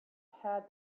had